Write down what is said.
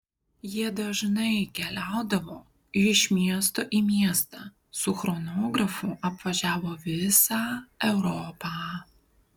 jie dažnai keliaudavo iš miesto į miestą su chronografu apvažiavo visą europą